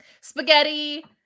Spaghetti